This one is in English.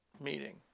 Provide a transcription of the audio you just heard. meeting